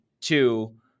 two